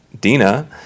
Dina